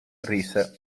rise